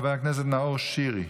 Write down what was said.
חבר הכנסת נאור שירי.